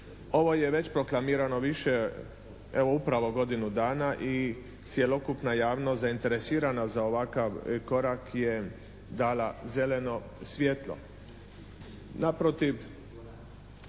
Ovo je već proklamirano više evo upravo godinu dana i cjelokupna javnost zainteresirana za ovakav korak je dala zeleno svjetlo. Naprotiv,